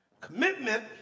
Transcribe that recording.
commitment